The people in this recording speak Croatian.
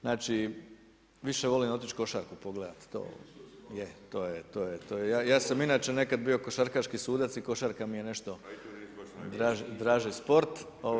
Znači više volim otić košarku pogledat, to je, ja sam inače nekada bio košarkaški sudac i košarka mi je nešto draži sport.